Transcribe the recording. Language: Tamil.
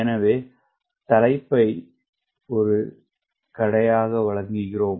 எனவே தலைப்பை ஒரு கடையாக வழங்குகிறோம்